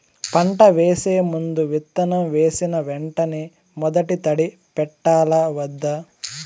పంట వేసే ముందు, విత్తనం వేసిన వెంటనే మొదటి తడి పెట్టాలా వద్దా?